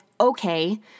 okay